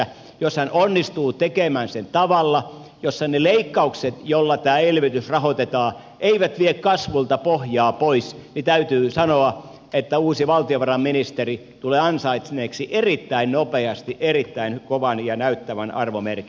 jos hän onnistuu tekemään sen tavalla jossa ne leikkaukset joilla tämä elvytys rahoitetaan eivät vie kasvulta pohjaa pois niin täytyy sanoa että uusi valtiovarainministeri tulee ansainneeksi erittäin nopeasti erittäin kovan ja näyttävän arvomerkin